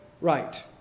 right